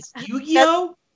Yu-Gi-Oh